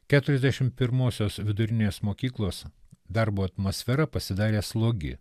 keturiasdešim pirmosios vidurinės mokyklos darbo atmosfera pasidarė slogi